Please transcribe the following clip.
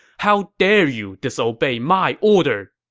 how dare you disobey my order!